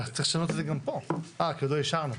צריך לשנות את זה גם פה, אבל עוד לא אישרנו.